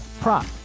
prop